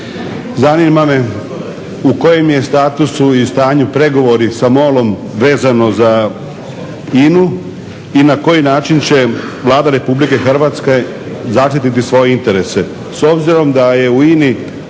Zanima me u kojem je statusu i stanju pregovori sa MOL-om vezano za INA-u i na koji način će Vlada Republike Hrvatske zaštititi svoje interese?